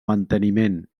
manteniment